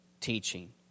teaching